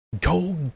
Go